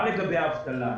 מה לגבי האבטלה.